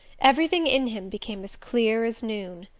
everything in him became as clear as noon.